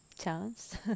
chance